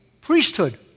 priesthood